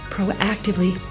Proactively